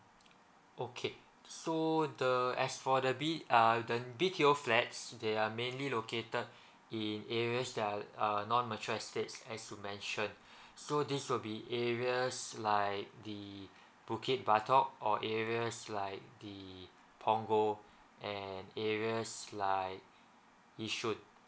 okay so the as for the B uh the B_T_O flats they are mainly located in areas that uh non mature estates as you mentioned so this will be areas like the bukit batok or areas like the punggol and areas like yishun